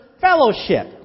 fellowship